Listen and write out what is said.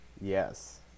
Yes